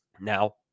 Now